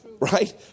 Right